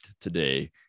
today